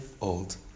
old